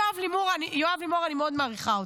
את יואב לימור אני מאוד מעריכה.